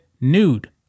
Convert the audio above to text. nude